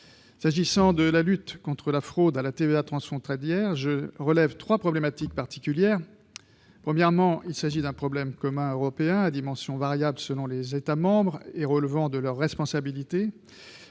S'agissant de la lutte contre la fraude à la TVA transfrontalière, je relève trois problématiques particulières. Premièrement, il s'agit d'un problème commun européen, à dimension variable selon les États membres, et relevant de leur responsabilité.